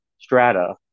strata